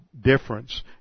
difference